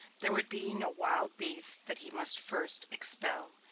there would be no wild beasts that he must first expel,